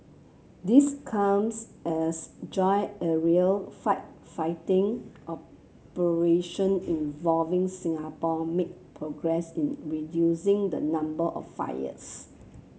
this comes as joint aerial firefighting operation involving Singapore made progress in reducing the number of fires